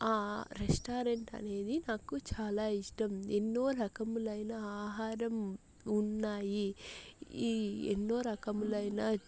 ఆ రెస్టారెంట్ అనేది నాకు చాలా ఇష్టం ఎన్నో రకములైన ఆహారం ఉన్నాయి ఈ ఎన్నో రకములైన